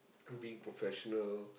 through being professional